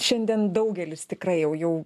šiandien daugelis tikrai jau jau